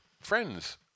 friends